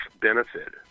benefit